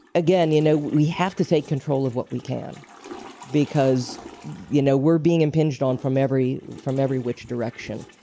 again, you know we have to take control of what we can because you know, we're being impinged on from every from every which direction.